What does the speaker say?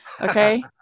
Okay